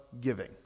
giving